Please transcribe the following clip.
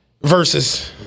Versus